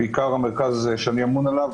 ובעיקר המרכז שאני אמון עליו,